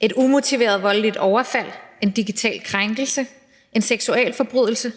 et umotiveret voldeligt overfald, en digital krænkelse, en seksualforbrydelse,